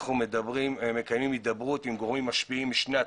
אנחנו מקיימים הידברות עם גורמים משפיעים משני הצדדים.